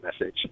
message